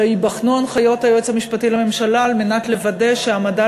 שייבחנו הנחיות היועץ המשפטי לממשלה כדי לוודא שהעמדה